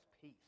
peace